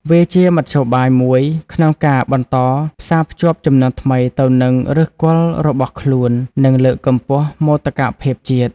វាជាមធ្យោបាយមួយក្នុងការបន្តផ្សារភ្ជាប់ជំនាន់ថ្មីទៅនឹងឫសគល់របស់ខ្លួន និងលើកកម្ពស់មោទកភាពជាតិ។